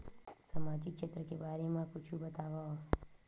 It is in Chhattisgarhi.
सामजिक क्षेत्र के बारे मा कुछु बतावव?